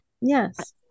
Yes